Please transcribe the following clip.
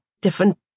different